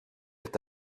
est